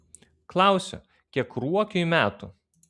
klausiu kiek ruokiui metų